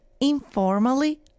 informally